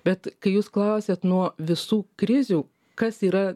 bet kai jūs klausėt nuo visų krizių kas yra